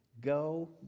Go